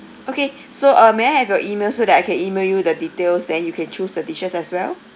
okay so uh may I have your email so that I can email you the details then you can choose the dishes as well